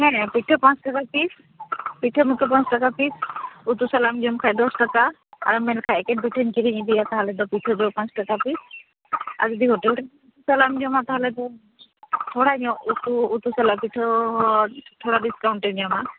ᱯᱤᱴᱷᱟᱹ ᱯᱟᱸᱪ ᱴᱟᱠᱟ ᱯᱤᱥ ᱯᱤᱴᱷᱟᱹ ᱢᱚᱛᱚ ᱯᱟᱸᱪ ᱴᱟᱠᱟ ᱯᱤᱥ ᱩᱛᱩ ᱥᱟᱞᱟᱜ ᱮᱢ ᱡᱚᱢ ᱠᱷᱟᱡ ᱫᱚᱥᱴᱟᱠᱟ ᱟᱨᱮᱢ ᱢᱮᱱ ᱠᱷᱟᱡ ᱮᱠᱷᱮᱱ ᱯᱤᱴᱷᱟᱹᱧ ᱠᱤᱨᱤᱧ ᱤᱫᱤᱭᱟ ᱛᱟᱦᱚᱞᱮ ᱫᱚ ᱯᱤᱴᱷᱟᱹ ᱫᱚ ᱯᱟᱸᱪ ᱴᱟᱠᱟ ᱯᱤᱥ ᱟᱨ ᱡᱩᱫᱤ ᱦᱳᱴᱮᱞ ᱨᱮᱢ ᱩᱛᱩ ᱥᱟᱞᱟᱜ ᱮᱢ ᱡᱚᱢᱟ ᱛᱟᱦᱚᱞᱮ ᱫᱚ ᱛᱷᱲᱟ ᱧᱚᱜ ᱩᱛᱩ ᱩᱛᱩ ᱥᱟᱞᱟᱜ ᱯᱤᱴᱷᱟᱹ ᱦᱚᱸ ᱛᱷᱚᱲᱟ ᱰᱤᱥᱠᱟᱭᱩᱱᱴ ᱮᱢ ᱧᱟᱢᱟ